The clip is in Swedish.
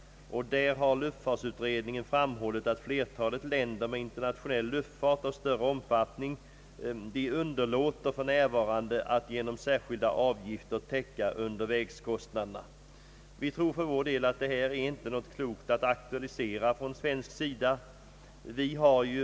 Luftfartsutredningen har framhållit att flertalet länder med luftfart av större omfattning f.n. underlåter att genom särskilda avgifter täcka undervägskostnaderna. Vi tror för vår del att det inte är lämpligt att aktualisera denna fråga från svensk sida.